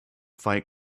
fight